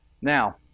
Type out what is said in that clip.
Now